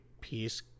piece